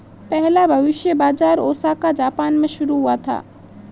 पहला भविष्य बाज़ार ओसाका जापान में शुरू हुआ था